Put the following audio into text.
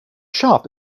shop